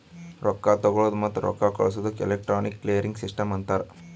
ರೊಕ್ಕಾ ತಗೊಳದ್ ಮತ್ತ ರೊಕ್ಕಾ ಕಳ್ಸದುಕ್ ಎಲೆಕ್ಟ್ರಾನಿಕ್ ಕ್ಲಿಯರಿಂಗ್ ಸಿಸ್ಟಮ್ ಅಂತಾರ್